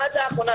עד לאחרונה,